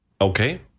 Okay